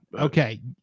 Okay